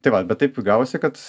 tai va bet taip gavosi kad